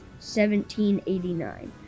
1789